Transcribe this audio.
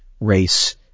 race